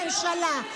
במיוחד הממשלה.